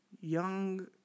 young